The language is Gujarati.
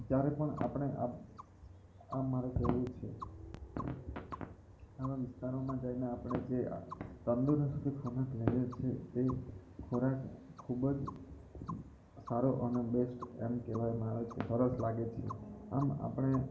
જ્યારે પણ આપણે આ આ મારે કહેવું છે આવા વિસ્તારોમાં જઈને આપણે જે આ તંદુરસ્તી ખોરાક લઈએ છે તે ખોરાક ખૂબ જ સારો અને બેસ્ટ એમ કહેવામાં આવે છે સરસ લાગે છે આમ આપણે